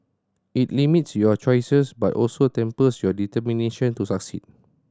it limits your choices but also tempers your determination to succeed